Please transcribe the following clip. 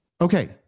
Okay